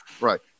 right